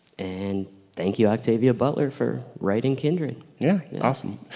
and thank you octavia butler for writing kindred. yeah, yeah awesome.